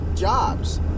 jobs